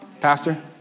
Pastor